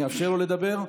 אני אאפשר לו לדבר,